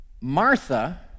Martha